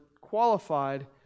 qualified